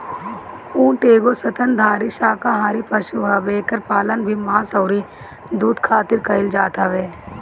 ऊँट एगो स्तनधारी शाकाहारी पशु हवे एकर पालन भी मांस अउरी दूध खारित कईल जात हवे